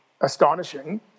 astonishing